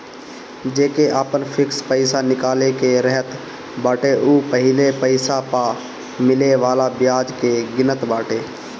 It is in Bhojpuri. जेके आपन फिक्स पईसा निकाले के रहत बाटे उ पहिले पईसा पअ मिले वाला बियाज के गिनत बाटे